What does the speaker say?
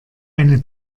eine